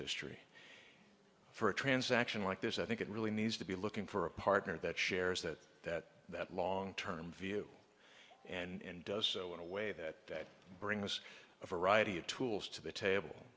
history for a transaction like this i think it really needs to be looking for a partner that shares that that long term view and does so in a way that brings a variety of tools to the table